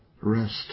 Rest